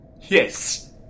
Yes